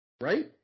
Right